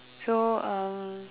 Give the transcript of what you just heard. so uh